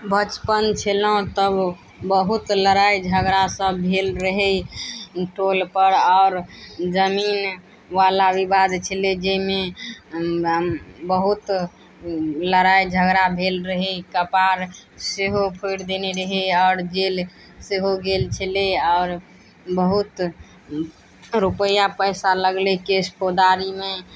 बचपन छलौ तब बहुत लड़ाइ झगड़ा सब भेल रहै टोल पर आओर जमीन वाला विवाद छलै जाहिमे बहुत लड़ाइ झगड़ा भेल रहै कपार सेहो फोरि देने रहै आओर जेल सेहो गेल छलै आओर बहुत रुपैया पैसा लगलै केश फौजदारीमे